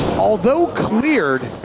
although cleared,